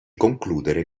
concludere